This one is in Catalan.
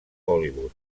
hollywood